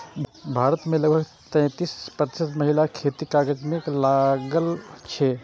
भारत मे लगभग तैंतीस प्रतिशत महिला खेतीक काज मे लागल छै